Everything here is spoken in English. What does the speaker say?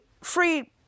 free